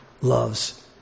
loves